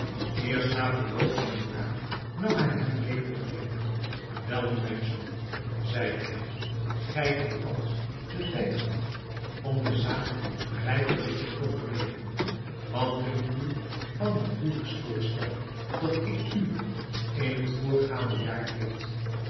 eerst na verloop van een jaar nam hij hem weder alleen welnu mijn zoon zeide hij gij hebt thans den tijd gehad om de zaak rijpelijk te overwegen wat dunkt u van het huwelijksvoorstel dat ik u in het voorgaande jaar deed